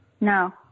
no